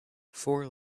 four